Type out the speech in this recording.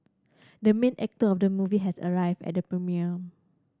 the main actor of the movie has arrived at the premiere